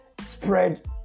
spread